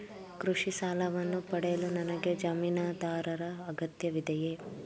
ಕೃಷಿ ಸಾಲವನ್ನು ಪಡೆಯಲು ನನಗೆ ಜಮೀನುದಾರರ ಅಗತ್ಯವಿದೆಯೇ?